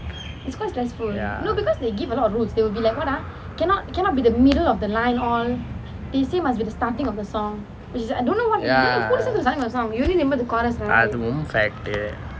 ya ya அதுவும்:athuvum fact